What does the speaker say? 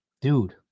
dude